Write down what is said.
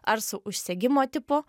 ar su užsegimo tipu